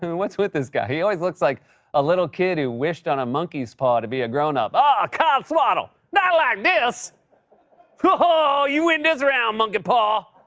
what's with this guy? he always looks like a little kid who wished on a monkey's paw to be a grown-up. ah, cotswaddle! not like this! oh, you win this round, monkey paw!